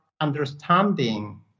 understanding